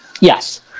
Yes